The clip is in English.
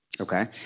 Okay